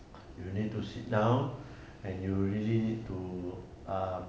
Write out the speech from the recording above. you need to sit down and you really need to uh